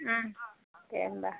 दे होनबा